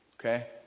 Okay